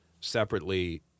separately